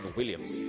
Williams